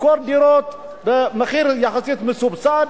לשכור דירות במחיר יחסית מסובסד.